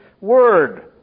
word